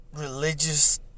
religious